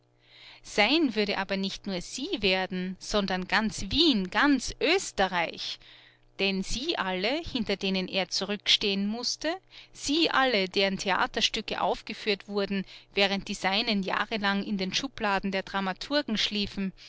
sein würde aber nicht nur sie werden sondern ganz wien ganz oesterreich denn sie alle hinter denen er zurückstehen mußte sie alle deren theaterstücke aufgeführt wurden während die seinen jahrelang in den schubladen der dramaturgen schliefen